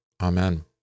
Amen